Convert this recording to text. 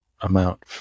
amount